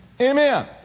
Amen